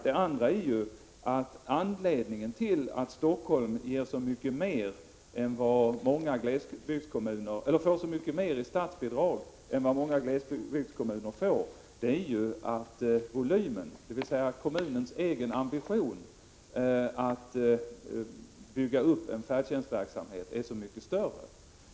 Det andra är att anledningen till att Stockholm får så mycket mer i statsbidrag än många glesbygdskommuner är att volymen — dvs. kommunens ambition att bygga upp en färdtjänstverksamhet — är så mycket större.